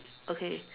okay